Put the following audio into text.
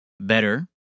better